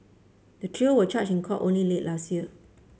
the trio were charged in court only late last year